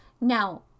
Now